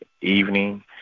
evening